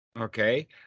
Okay